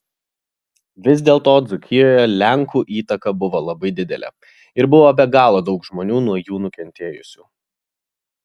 vis dėlto dzūkijoje lenkų įtaka buvo labai didelė ir buvo be galo daug žmonių nuo jų nukentėjusių